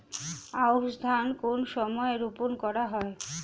আউশ ধান কোন সময়ে রোপন করা হয়?